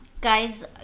Guys